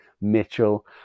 Mitchell